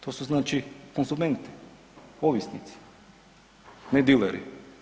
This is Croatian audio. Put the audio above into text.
To su znači konzumenti, ovisnici, ne dileri.